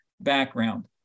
background